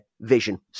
vision